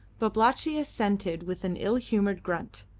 babalatchi assented with an ill-humoured grunt.